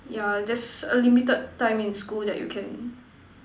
yeah there's a limited time in school that you can